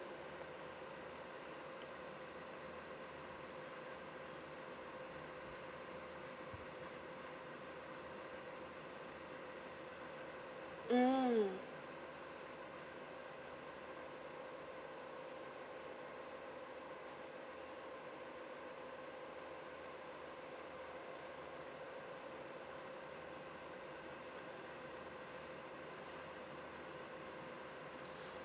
mm